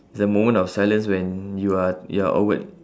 it's the moment of silence when you are you are awkward